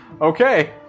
okay